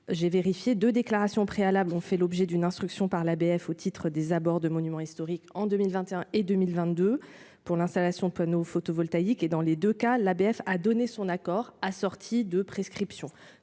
j'ai vérifié de déclaration préalable, ont fait l'objet d'une instruction par l'ABF au titre des abords de monument historique en 2021 et 2022 pour l'installation de panneaux photovoltaïques et dans les 2 cas, l'ABF a donné son accord assorti de prescriptions,